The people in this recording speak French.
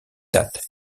date